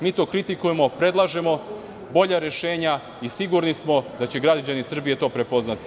Mi to kritikujemo i predlažemo bolja rešenja i sigurni smo da će građani Srbije to prepoznati.